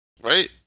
right